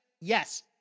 yes